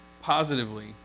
positively